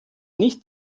nicht